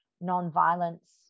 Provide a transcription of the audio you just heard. non-violence